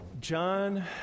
John